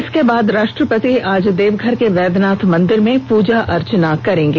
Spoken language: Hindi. इसके बाद राष्ट्रपति आज देवघर के वैद्यनाथ मंदिर में पूजा अर्चना करेंगे